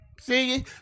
See